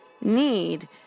need